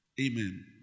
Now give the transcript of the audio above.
Amen